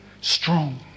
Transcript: strong